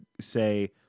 say